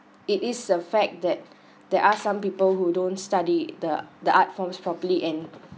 it is a fact that there are some people who don't study the the art forms properly and